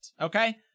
okay